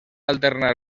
alternar